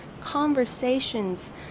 conversations